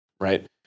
right